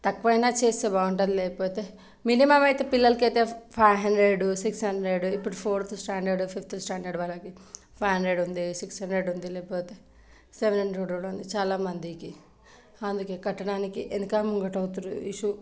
తక్కువ అయినా చేస్తే బాగుంటుంది లేకపోతే మినిమం అయితే పిల్లలకు అయితే ఫైవ్ హండ్రెడ్ సిక్స్ హండ్రెడ్ ఇప్పుడు ఫోర్త్ స్టాండర్డ్ ఫిఫ్త్ స్టాండర్డ్ వరకు ఫైవ్ హండ్రెడ్ ఉంది సిక్స్ హండ్రెడ్ ఉంది లేకపోతే సెవెన్ హండ్రెడ్ కూడా ఉంది చాలామందికి అందుకే కట్టడానికి వెనక ముంగట అవుతుర్రు